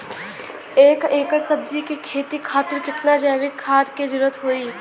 एक एकड़ सब्जी के खेती खातिर कितना जैविक खाद के जरूरत होई?